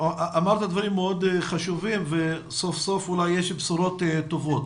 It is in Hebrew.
אמרת דברים מאוד חשובים וסוף סוף אולי יש בשורות טובות.